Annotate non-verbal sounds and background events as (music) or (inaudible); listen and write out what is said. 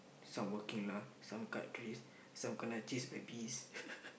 start working lah some cut trees some kena chase by bees (laughs)